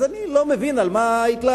אז אני לא מבין על מה ההתלהמות.